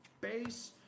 base